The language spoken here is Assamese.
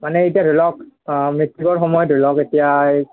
মানে এতিয়া ধৰি লওক মেট্ৰিকৰ সময়ত ধৰি লওক এতিয়া এই